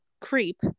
creep